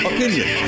Opinion